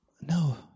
no